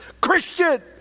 Christian